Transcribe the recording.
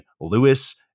lewis